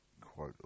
quote